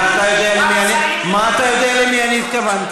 רק שרים, מה אתה יודע למי אני התכוונתי?